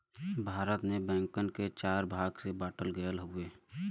भारत में बैंकन के चार भाग में बांटल गयल हउवे